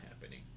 happening